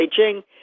Beijing